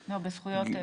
בזכויות.